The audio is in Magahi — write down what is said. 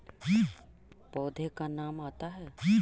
पौधे का काम आता है?